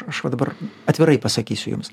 aš va dabar atvirai pasakysiu jums